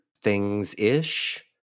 Things-ish